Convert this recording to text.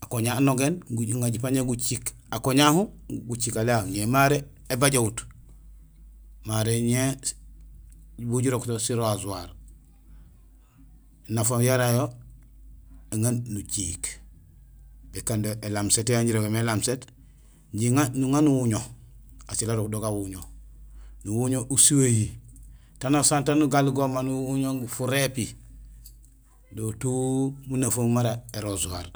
Akoña anogéén, guŋa jipaan jaju guciik akoña hahu, guciik aléhahu. Ñé maré ébajohut; maré ñé bugul jirok so si rasoir. Nafa yara yo; éŋa nuciik, ékando é lame set yayu yan jirégémé é lame set jiŋa, nuŋa nuwuño; asiil arok do gawuño. Nuwuño usuwéhi, tanusaan tan gaal gooma, nuwuño furépi; do tout munafahum mara é rasoir.